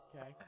Okay